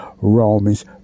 Romans